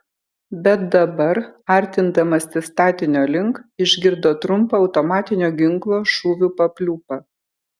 bet dabar artindamasi statinio link išgirdo trumpą automatinio ginklo šūvių papliūpą